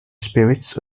spirits